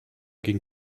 ging